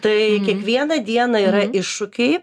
tai kiekvieną dieną yra iššūkiai